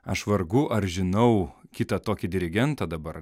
aš vargu ar žinau kitą tokį dirigentą dabar